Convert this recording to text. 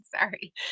Sorry